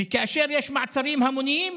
וכאשר יש מעצרים המוניים,